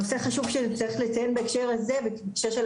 נושא חשוב שצריך לציין בהקשר של ההכשרות,